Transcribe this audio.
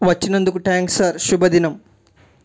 వచ్చినందుకు thanks sir శుభదినం